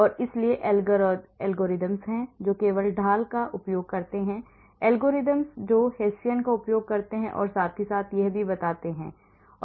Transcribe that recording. और इसलिए algorithms हैं जो केवल ढाल का उपयोग करते हैं algorithms हैं जो हेस्सियन का उपयोग करते हैं और साथ ही साथ यह भी बनाते हैं